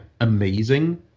amazing